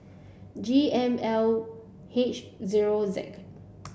G M L H zero Z